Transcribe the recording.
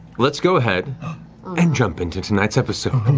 let's go ahead and jump into tonight's episode.